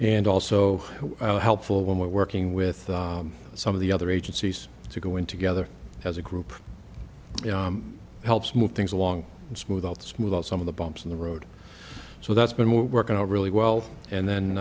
and also helpful when we're working with some of the other agencies to go in together as a group helps move things along and smooth out smooth out some of the bumps in the road so that's been working out really well and then